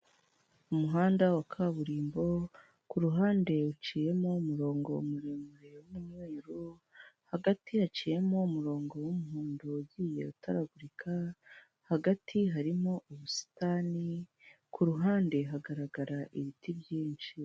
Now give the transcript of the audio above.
Umuhanda wa kaburimbo, kuruhande uciyemo umurongo muremure w'umweru, hagati haciyemo umurongo w'umuhondo ugiye utagurika, hagati harimo ubusitani, kuruhande hagaragara ibiti byinshi.